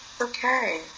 Okay